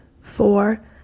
four